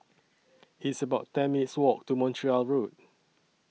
It's about ten minutes' Walk to Montreal Road